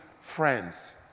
friends